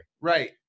Right